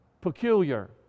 peculiar